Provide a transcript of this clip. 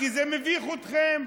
כי זה מביך אתכם.